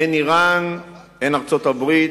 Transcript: אין אירן, אין ארצות-הברית,